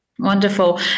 Wonderful